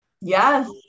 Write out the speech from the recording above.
Yes